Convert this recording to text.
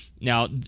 now